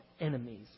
enemies